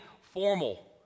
formal